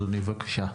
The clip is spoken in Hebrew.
אדוני, בבקשה.